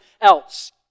else